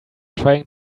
trying